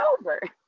over